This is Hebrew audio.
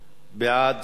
בעד, 7,